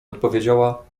odpowiedziała